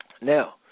Now